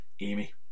Amy